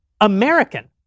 American